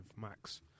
max